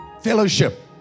fellowship